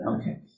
Okay